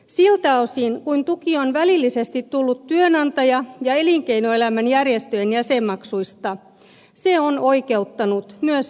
siltä osin kuin tuki on välillisesti tullut työnantaja ja elinkeinoelämän järjestöjen jäsenmaksuista se on oikeuttanut myös verovähennykseen